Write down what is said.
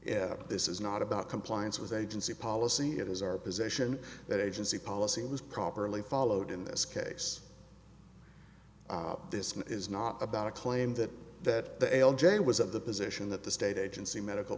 if this is not about compliance with agency policy it is our position that agency policy was properly followed in this case this is not about a claim that that the l j was of the position that the state agency medical